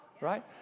Right